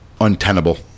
untenable